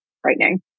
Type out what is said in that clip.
frightening